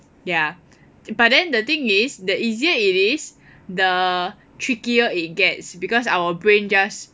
ya but then the thing is the easier it is the trickier it gets because our brain just